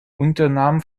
unternahm